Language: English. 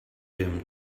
him